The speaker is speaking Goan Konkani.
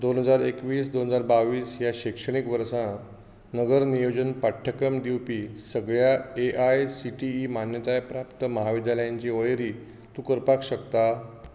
दोन हजार एकवीस दोन हजार बावीस ह्या शिक्षणीक वर्सा नगर नियोजन पाठ्यक्रम दिवपी सगळ्यां A I C T E मान्यताय प्राप्त म्हाविद्यालयांची वळेरी तूं करपाक शकता